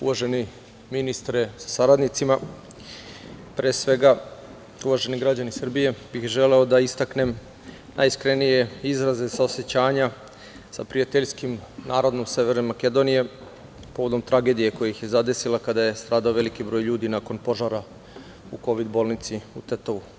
Uvaženi ministre sa saradnicima, pre svega, uvaženi građani Srbije, želeo bih da istaknem najiskrenije izraze saosećanja sa prijateljskim narodom Severne Makedonije povodom tragedije koja ih je zadesila kada je stradao veliki broj ljudi nakon požara u kovid bolnici u Tetovu.